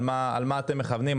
על מה אתם מכוונים,